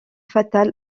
fatal